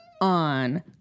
on